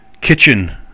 kitchen